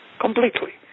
Completely